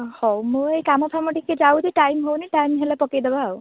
ହଉ ମୁଁ ଏଇ କାମ ଫାମ ଟିକେ ଯାଉଛି ଟାଇମ୍ ହେଉନି ଟାଇମ୍ ହେଲେ ପକାଇଦେବା ଆଉ